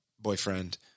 boyfriend